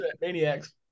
Maniacs